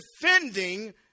defending